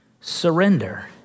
surrender